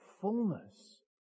fullness